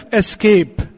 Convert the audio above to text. escape